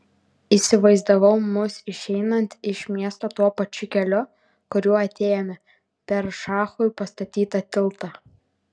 įsivaizdavau mus išeinant iš miesto tuo pačiu keliu kuriuo atėjome per šachui pastatytą tiltą